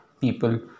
people